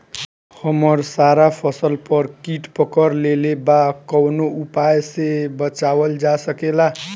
हमर सारा फसल पर कीट पकड़ लेले बा कवनो उपाय से बचावल जा सकेला?